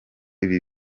ibi